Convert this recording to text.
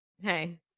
hey